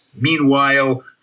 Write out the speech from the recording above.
Meanwhile